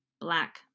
black